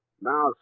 Now